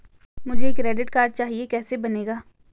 मुझे credit card चाहिए कैसे बनेगा?